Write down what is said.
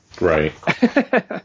Right